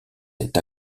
cet